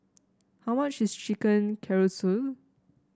how much is Chicken Casserole